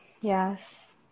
Yes